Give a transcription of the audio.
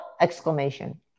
exclamation